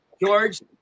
George